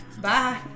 Bye